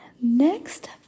next